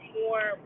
more